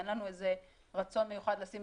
אין לנו איזה רצון מיוחד לשים